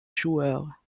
joueurs